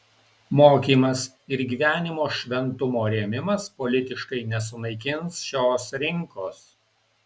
mokymas ir gyvenimo šventumo rėmimas politiškai nesunaikins šios rinkos